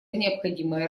необходимое